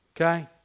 Okay